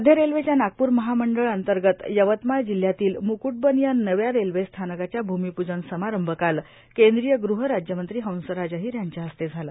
मध्य रेल्वेच्या नागपूर मंडळाअंतर्गत यवतमाळ जिल्ह्यातील म्क्टबन या नव्या रेल्वे स्थानकाच्या भूमीपूजन समारंभ काल केंद्रीय गृहराज्यमंत्री हंसराज अहीर यांच्या हस्ते झालं